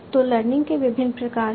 तो लर्निंग के विभिन्न प्रकार हैं